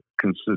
consider